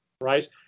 right